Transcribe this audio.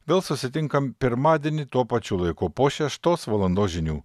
vėl susitinkam pirmadienį tuo pačiu laiku po šeštos valandos žinių